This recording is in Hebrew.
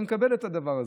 אני מקבל את הדבר הזה.